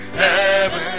heaven